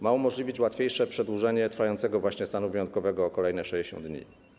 Ma umożliwić łatwiejsze przedłużenie trwającego właśnie stanu wyjątkowego o kolejne 60 dni.